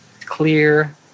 clear